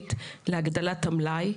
העירונית להגדלת המלאי?